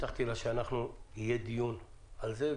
הבטחתי לה שיהיה דיון על זה,